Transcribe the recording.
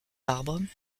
arbres